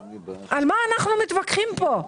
לכן,